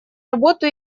работу